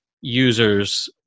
users